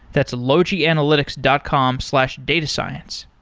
that's logianalytics dot com slash datascience.